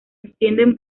extienden